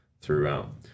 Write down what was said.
throughout